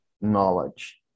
knowledge